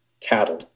cattle